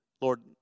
Lord